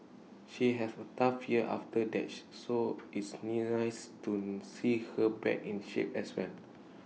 she have A tough year after that she so it's nice to see her back in shape as well